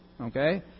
okay